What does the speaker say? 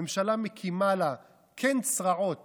הממשלה מקימה לה קן צרעות